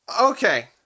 Okay